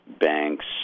banks